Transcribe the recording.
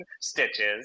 Stitches